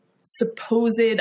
supposed